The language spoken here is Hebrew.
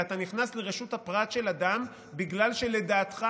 אלא אתה נכנס לרשות הפרט של אדם בגלל שלדעתך